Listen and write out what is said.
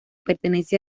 pertenece